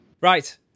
right